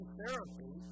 therapy